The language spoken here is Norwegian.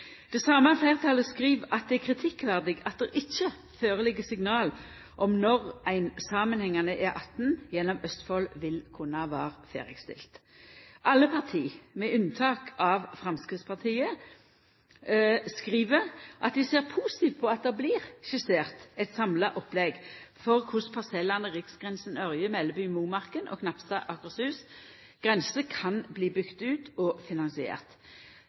Det same fleirtalet skriv at det er kritikkverdig at det ikkje ligg føre signal om når ein samanhengande E18 gjennom Østfold vil kunne vera ferdigstilt. Alle parti, med unntak av Framstegspartiet, skriv at dei ser positivt på at det blir skissert eit samla opplegg for korleis parsellane Riksgrensa–Ørje, Melleby–Momarken og Knapstad–Akershus grense kan bli bygde ut og